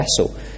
vessel